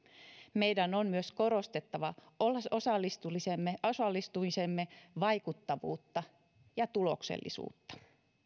meidän on myös korostettava osallistumisemme osallistumisemme vaikuttavuutta ja tuloksellisuutta